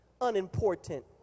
unimportant